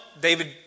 David